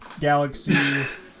galaxy